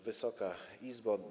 Wysoka Izbo!